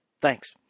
thanks